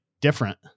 different